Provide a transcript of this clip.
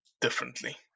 differently